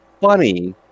funny